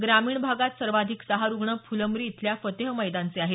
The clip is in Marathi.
ग्रामीण भागात सर्वाधिक सहा रुग्ण फुलंब्री इथल्या फतेहमैदानचे आहेत